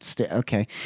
okay